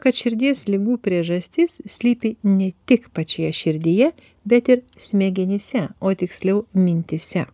kad širdies ligų priežastis slypi ne tik pačioje širdyje bet ir smegenyse o tiksliau mintyse